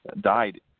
died